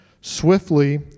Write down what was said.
swiftly